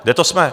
Kde to jsme?